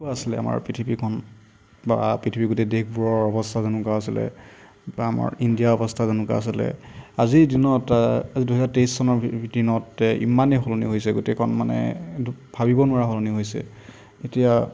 আছিলে আমাৰ পৃথিৱীখন বা পৃথিৱীৰ গোটেই দেশবোৰৰ অৱস্থা যেনেকুৱা আছিলে বা আমাৰ ইণ্ডিয়াৰ অৱস্থা যেনেকুৱা আছিলে আজিৰ দিনত দুহেজাৰ তেইছ চনৰ দিনত ইমানেই সলনি হৈছে গোটেইখন মানে ভাবিব নোৱাৰা সলনি হৈছে এতিয়া